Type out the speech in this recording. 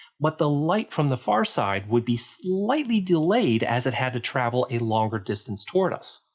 but the light from the far side would be slightly delayed as it has to travel a longer distance toward us.